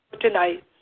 tonight